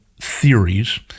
theories